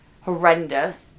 horrendous